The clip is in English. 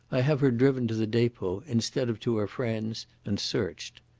i have her driven to the depot instead of to her friends, and searched.